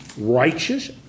righteous